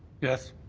yes.